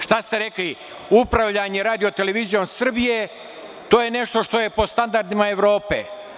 Šta ste rekli, upravljanje RTS, to je nešto što je po standardima Evrope.